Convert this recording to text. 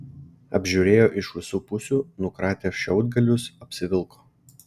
apžiūrėjo iš visų pusių nukratė šiaudgalius apsivilko